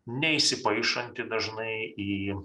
neįsipaišanti dažnai į